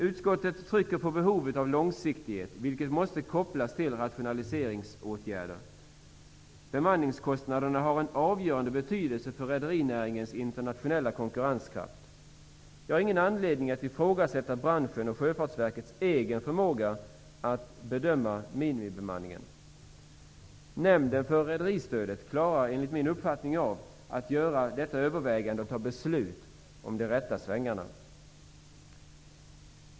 Utskottet trycker på behovet av långsiktighet, vilket måste kopplas till rationaliseringsåtgärder. Bemanningskostnaderna har en avgörande betydelse för rederinäringens internationella konkurrenskraft. Jag har ingen anledning att ifrågasätta branschens och Sjöfartsverkets egen förmåga att bedöma minimibemanningen. Nämnden för rederistödet klarar, enligt min uppfattning, av att göra detta övervägande och fatta beslut om de rätta svängarna.